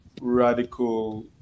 radical